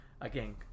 Again